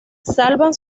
salvan